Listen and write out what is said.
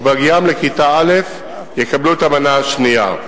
ובהגיעם לכיתה א' יקבלו את המנה השנייה.